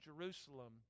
Jerusalem